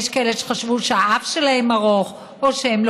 יש כאלה שחשבו שהאף שלהם ארוך או שהם לא